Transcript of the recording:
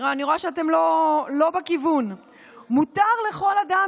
אני רואה שאתם לא בכיוון: מותר לכל אדם